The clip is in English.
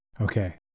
Okay